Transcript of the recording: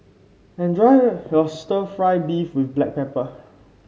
enjoy your stir fry beef with Black Pepper